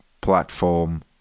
platform